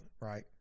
right